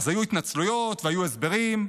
אז היו התנצלויות והיו הסברים,